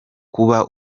kuba